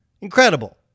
Incredible